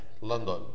London